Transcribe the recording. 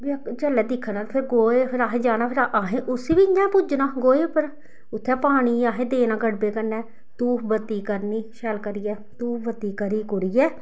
जेल्लै दिक्खना गोहे गी ते फिर असें जाना असें उस्सी बी इ'यां गै पूजना गोहे उप्पर उत्थै पानी असें देना गड़बे कन्नै धूफ बत्ती करनी शैल करियै धूफ बत्ती करी कुरियै